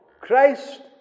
Christ